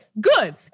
good